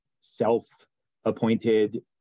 self-appointed